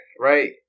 right